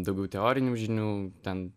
daugiau teorinių žinių ten